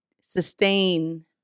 sustain